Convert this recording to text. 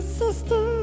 sister